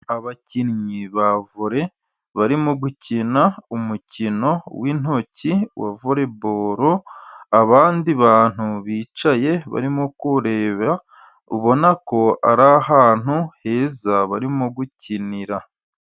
Abakinnyi ba vole barimo gukina umukino w' intoki wa vole bolo, abandi bantu bicaye barimo kureba, ubona ko ari ahantu heza barimo gukinira.